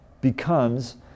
becomes